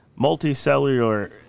multicellular